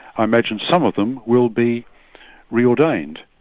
i imagine some of them will be re-ordained,